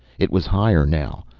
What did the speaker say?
it was higher now,